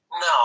No